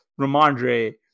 Ramondre